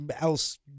else